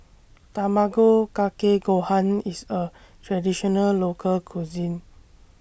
Tamago Kake Gohan IS A Traditional Local Cuisine